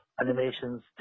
animations